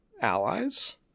allies